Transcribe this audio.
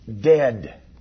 Dead